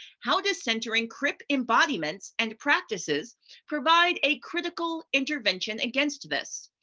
how does centering crip embodiments and practices provide a critical intervention against this?